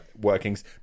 workings